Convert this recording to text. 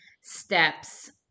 steps